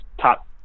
top